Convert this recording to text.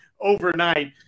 overnight